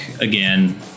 again